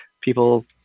people